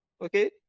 okay